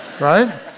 right